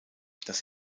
das